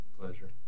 Pleasure